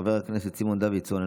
חבר הכנסת סימון דוידסון,